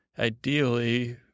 Ideally